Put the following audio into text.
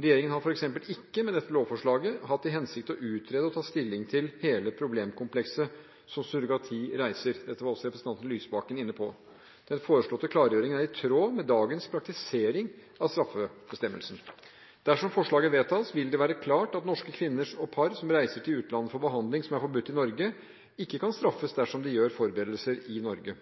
Regjeringen har f.eks. ikke – med dette lovforslaget – hatt til hensikt å utrede og ta stilling til hele problemkomplekset som surrogati reiser. Dette var også representanten Lysbakken inne på. Den foreslåtte klargjøringen er i tråd med dagens praktisering av straffebestemmelsen. Dersom forslaget vedtas, vil det være klart at norske kvinner og par som reiser til utlandet for behandling som er forbudt i Norge, ikke kan straffes dersom de gjør forberedelser i Norge.